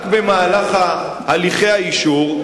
רק במהלך הליכי האישור,